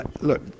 Look